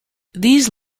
these